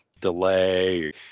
delay